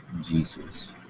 Jesus